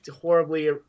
Horribly